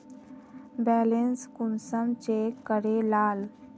Balance कुंसम check करे लाल?